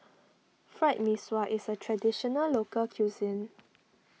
Fried Mee Sua is a Traditional Local Cuisine